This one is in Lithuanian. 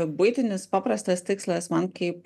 buitinis paprastas tikslas man kaip